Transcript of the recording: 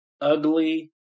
ugly